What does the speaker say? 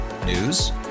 News